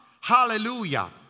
Hallelujah